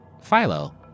Philo